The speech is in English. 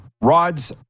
Rod's